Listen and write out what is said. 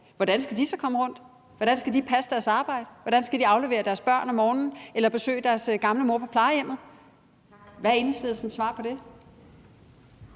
Hvordan skal de så komme rundt? Hvordan skal de passe deres arbejde? Hvordan skal de aflevere deres børn om morgenen eller besøge deres gamle mor på plejehjemmet? Hvad er Enhedslistens svar på det?